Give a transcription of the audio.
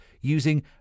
using